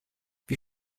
wie